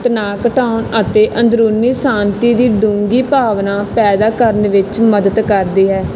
ਤਣਾਅ ਘਟਾਉਣ ਅਤੇ ਅੰਦਰੂਨੀ ਸ਼ਾਂਤੀ ਦੀ ਡੂੰਘੀ ਭਾਵਨਾ ਪੈਦਾ ਕਰਨ ਵਿੱਚ ਮਦਦ ਕਰਦੀ ਹੈ